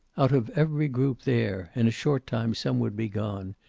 out of every group there in a short time some would be gone,